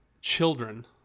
children